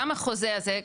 גם החוזה הזה,